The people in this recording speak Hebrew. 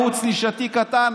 ערוץ נישתי קטן,